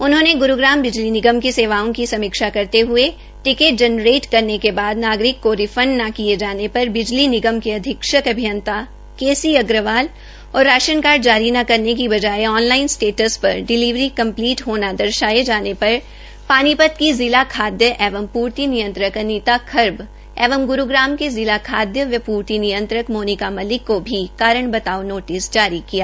उन्होंने गुरूग्राम बिजली निगम की सेवाओं की समीक्षा करते हये टिकेट जनरेट होने के बाद नागरिक के रिफंडल न किये जाने पर बिजली निगम के अधीक्षक अभियंता के सी अग्रवाली और राशन कार्ड जारी न करने बाये ऑन लाइन स्टेटस पर डिलीवरी कंप्लीट होना दर्शाये जाने पर पानीपत के जिा खाद्य एवं पूर्ति नियंत्रक अनिता खर्ब एंव ग्रूग्राम के जिला खाद्य एवं प्रर्ति नियंत्रक मोनिका मलिक को भी कारण बतायों नोटिस जारीकिया